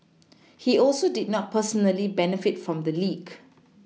he also did not personally benefit from the leak